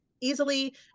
easily